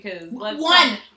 One